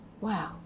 Wow